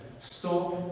stop